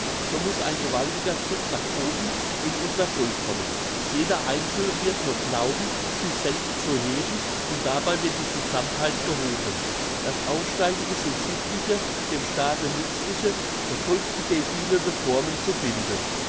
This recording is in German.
so muss ein gewaltiger zug nach oben in unser volk kommen jeder einzelne wird nur glauben sich selbst zu heben und dabei wird die gesammtheit gehoben das aufsteigen ist in sittliche dem staate nützliche der volksidee dienende formen zu binden